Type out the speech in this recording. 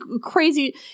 crazy